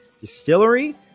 Distillery